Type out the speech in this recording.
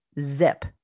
zip